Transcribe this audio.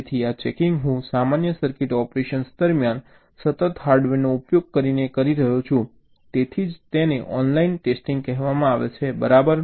તેથી આ ચેકિંગ હું સામાન્ય સર્કિટ ઓપરેશન દરમિયાન સતત હાર્ડવેરનો ઉપયોગ કરીને કરી રહ્યો છું તેથી જ તેને ઓનલાઈન ટેસ્ટિંગ કહેવાય છે બરાબર